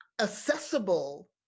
accessible